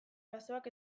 basoak